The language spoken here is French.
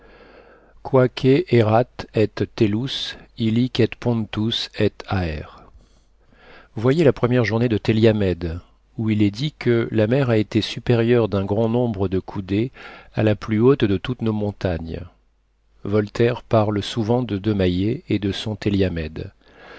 et pontus et aer voyez la première journée de telliamed où il est dit que la mer a été supérieure d'an grand nombre de coudées à la plus haute de toutes nos montagnes voltaire parle souvent de de maillet et de son telliamed